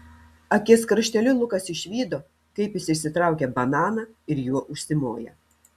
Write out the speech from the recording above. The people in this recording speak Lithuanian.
akies krašteliu lukas išvydo kaip jis išsitraukia bananą ir juo užsimoja